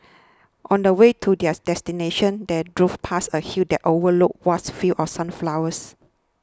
on the way to their destination they drove past a hill that overlooked vast fields of sunflowers